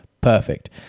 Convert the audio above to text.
Perfect